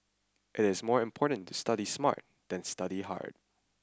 it is more important to study smart than study hard